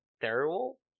terrible